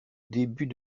début